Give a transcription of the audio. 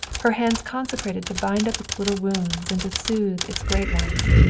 her hands consecrated to bind up its little wounds and to soothe its great ones.